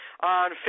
on